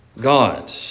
God